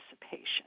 participation